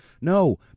No